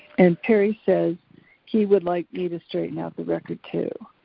and perry says he would like me to straighten out the record too.